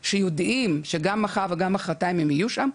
שיודעים שגם מחר וגם מחרתיים הם יהיו שם,